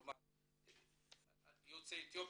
כלומר אני מתכוון ליוצאי אתיופיה.